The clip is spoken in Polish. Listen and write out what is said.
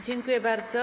Dziękuję bardzo.